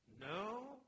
no